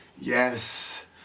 Yes